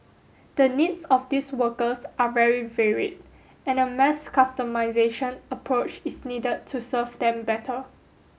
the needs of these workers are very varied and a mass customisation approach is needed to serve them better